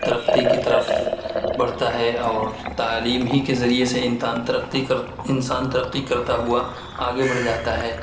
ترقّی کی طرف بڑھتا ہے اور تعلیم ہی کے ذریعے سے انسان ترقّی انسان ترقّی کرتا ہوا آگے بڑھ جاتا ہے